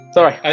Sorry